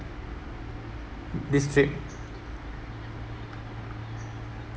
this trip